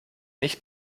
nicht